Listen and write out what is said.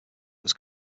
was